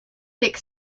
thick